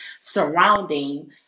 surrounding